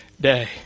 day